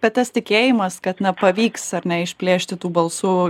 bet tas tikėjimas kad na pavyks ar ne išplėšti tų balsų